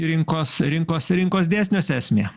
rinkos rinkos rinkos dėsniuose esmė